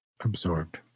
Absorbed